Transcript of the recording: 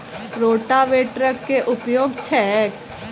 रोटावेटरक केँ उपयोग छैक?